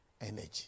energy